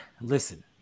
listen